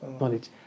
knowledge